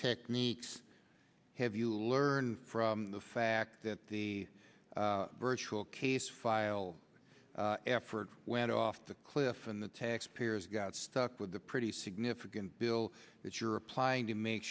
techniques have you learned from the fact that the virtual case file effort went off the cliff and the taxpayers got stuck with a pretty significant bill that you're applying to make